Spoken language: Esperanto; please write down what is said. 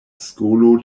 skolo